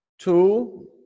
Two